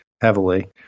heavily